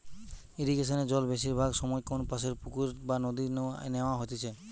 ইরিগেশনে জল বেশিরভাগ সময় কোনপাশের পুকুর বা নদী নু ন্যাওয়া হইতেছে